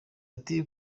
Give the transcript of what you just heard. ati